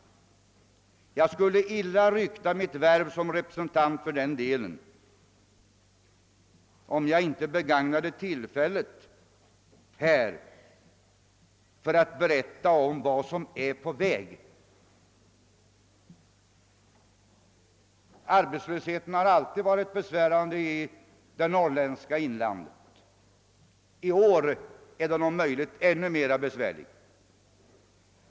Som representant för den delen av landet skulle jag illa rykta mitt värv, om jag inte nu begagnade tillfället att berätta om den utveckling som där är på gång. Arbetslösheten har alltid varit besvärande i det norrländska inlandet, och i år är den besvärligare än kanske någonsin.